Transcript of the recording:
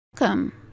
Welcome